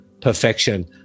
perfection